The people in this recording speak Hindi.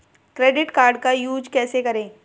क्रेडिट कार्ड का यूज कैसे करें?